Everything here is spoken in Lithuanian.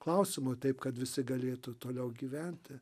klausimo taip kad visi galėtų toliau gyventi